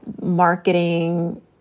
marketing